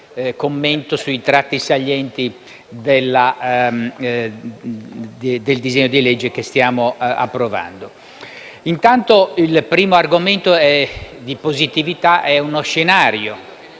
commento sui tratti salienti del disegno di legge che stiamo approvando. Il primo argomento di positività è uno scenario